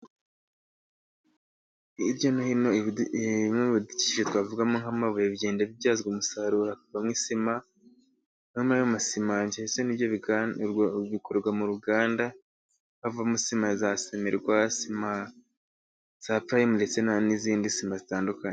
Hirya no hino bimwe bidukikije, twavugamo nk 'amabuye bigenda bibyazwa umusaruro hakavamo isima noneho muri ayo masima bikorerwa mu ruganda havamo isima za simerwa, isima za purayime ndetse n'izindi sima zitandukanye.